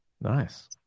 Nice